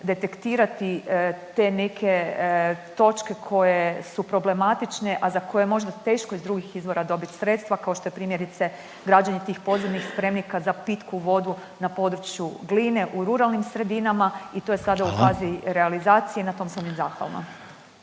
detektirati te neke točke koje su problematične a za koje je možda teško iz drugih izvora dobiti sredstava kao što je primjerice građenje tih podzemnih spremnika za pitku vodu na području Gline u ruralnim sredinama i to je sada u fazi realizacije …… /Upadica